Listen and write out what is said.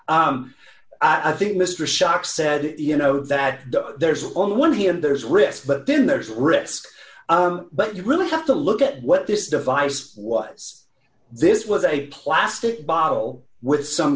i think mr shock said you know that there's on one hand there's risk but then there's risk but you really have to look at what this device was this was a plastic bottle with some